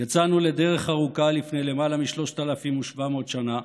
יצאנו לדרך ארוכה לפני למעלה מ-3,700 שנה